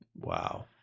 Wow